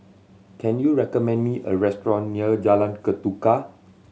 can you recommend me a restaurant near Jalan Ketuka